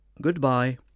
Goodbye